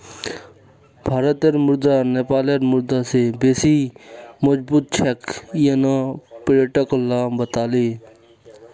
भारतेर मुद्रा नेपालेर मुद्रा स बेसी मजबूत छेक यन न पर्यटक ला बताले